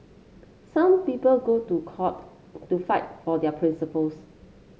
some people go to court to fight for their principles